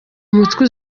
mutwe